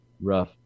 rough